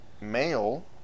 male